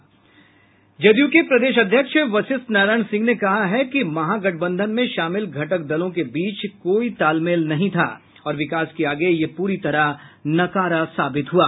जदयू के प्रदेश अध्यक्ष वशिष्ठ नारायण सिंह ने कहा है कि महागठबंधन में शामिल घटक दलों के बीच कोई तालमेल नहीं था और विकास के आगे यह पूरी तरह नकारा साबित हुआ